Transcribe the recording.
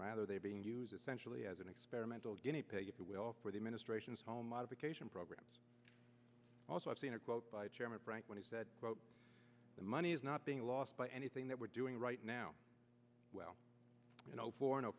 rather they are being used essentially as an experimental guinea pig if you will for the administration's home modification programs also i've seen a quote by chairman frank when he said quote the money is not being lost by anything that we're doing right now well you know for no